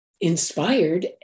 inspired